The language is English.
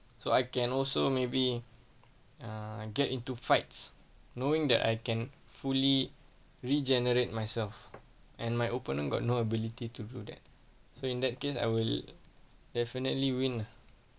so I can also maybe err get into fights knowing that I can fully regenerate myself and my opponent got no ability to do that so in that case I will definitely win ah